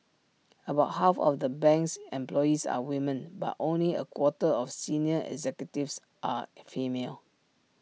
about half of the bank's employees are women but only A quarter of senior executives are female